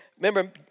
remember